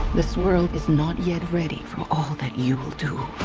this world is not yet ready for all that you will do.